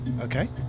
Okay